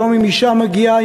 היום אם אישה מגיעה,